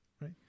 right